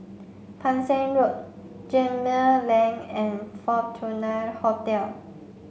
Pang Seng Road Gemmill Lane and Fortuna Hotel